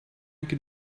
can